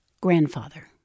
grandfather